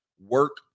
work